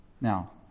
Now